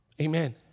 Amen